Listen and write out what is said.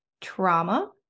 trauma